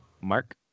Mark